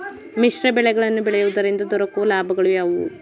ಮಿಶ್ರ ಬೆಳೆಗಳನ್ನು ಬೆಳೆಯುವುದರಿಂದ ದೊರಕುವ ಲಾಭಗಳು ಯಾವುವು?